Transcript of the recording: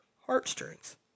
heartstrings